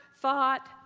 thought